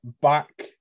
back